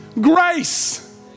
grace